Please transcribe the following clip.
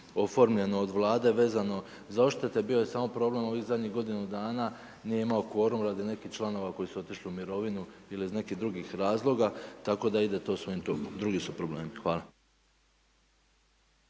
oformljeno od Vlade, vezano za odštete, bio je samo problem ovih zadnjih godinu dana, nije imao kvorum radi nekih članova koji su otišli u mirovinu ili iz nekih drugih razloga, tako da ide to svojim tokom, drugi su problemi. Hvala.